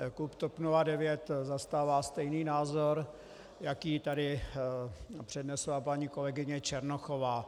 Klub TOP 09 zastává stejný názor, jaký tady přednesla paní kolegyně Černochová.